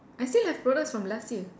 I still have products from last year